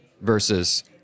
versus